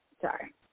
sorry